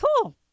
cool